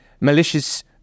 malicious